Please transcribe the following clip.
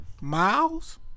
Miles